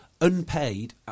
unpaid